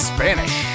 Spanish